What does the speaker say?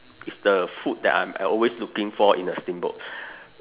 is the food that I'm I always looking for in a steamboat